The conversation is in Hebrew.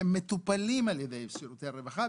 כי הם מטופלים על-ידי שירותי הרווחה,